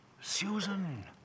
Susan